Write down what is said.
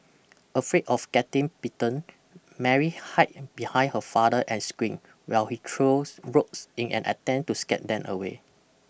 afraid of getting bitten Mary hide behind her father and screamed while he threw rocks in an attempt to scare them away